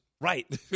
Right